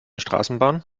straßenbahn